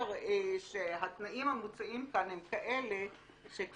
שהתנאים המוצעים כאן הם כאלה שמרעים,